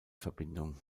verbindung